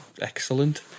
Excellent